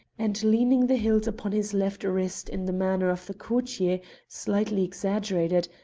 and, leaning the hilt upon his left wrist in the manner of the courtier slightly exaggerated,